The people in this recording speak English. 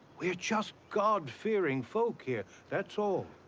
we're just god fearing folk here. that's all.